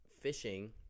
fishing